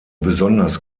besonders